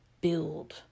build